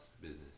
business